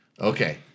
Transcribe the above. Okay